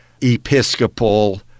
episcopal